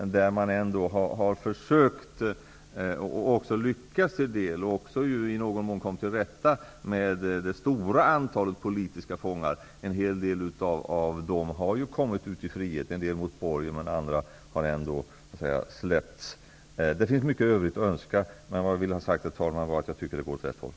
Regeringen har ändå försökt och också i någon mån lyckats med att komma till rätta med det stora antalet politiska fångar. En hel del av dem har ju kommit ut i frihet, en del mot borgen, medan andra så att säga har släppts helt. Det finns mycket övrigt att önska, men det jag vill ha sagt, herr talman, är att jag tycker att det går åt rätt håll.